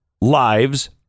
lives